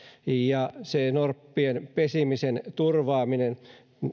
ja norppien pesimisen turvaaminen